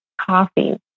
coffee